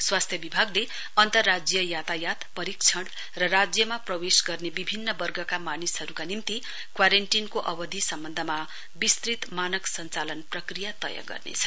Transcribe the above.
स्वास्थ्य विभागले अन्तर्राज्य यातायात परीक्षण र राज्यमा प्रवेश गर्ने विभिन्न वर्गमा मानिसहरुका निम्ति क्वारेन्टीनको अवधि सम्वन्धमा विस्तृत मानक सञ्चालन प्रक्रिया तय गर्नेछ